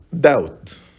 doubt